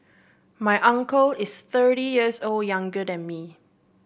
my uncle is thirty years old younger than me